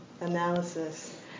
Analysis